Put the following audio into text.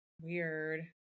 Weird